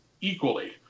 equally